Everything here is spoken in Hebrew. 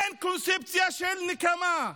אין קונספציה של נקמה.